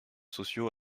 sociaux